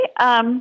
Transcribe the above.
Okay